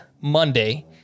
Monday